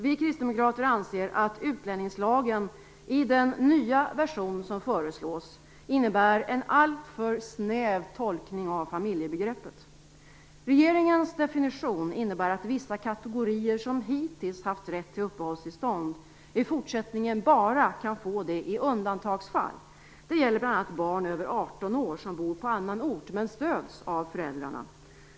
Vi kristdemokrater anser att utlänningslagen i den nya version som föreslås innebär en alltför snäv tolkning av familjebegreppet. Regeringens definition innebär att vissa kategorier som hittills haft rätt till uppehållstillstånd i fortsättningen bara kan få det i undantagsfall. Det gäller bl.a. barn över 18 år som bor på annan ort men stöds av föräldrarna.